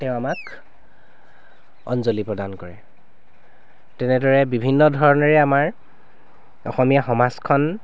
তেওঁ আমাক অঞ্জলি প্ৰদান কৰে তেনেদৰে বিভিন্ন ধৰণেৰে আমাৰ অসমীয়া সমাজখন